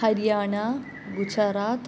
Haryana Gujarat